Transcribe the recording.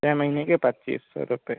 छेः महीने के पच्चीस सौ रुपये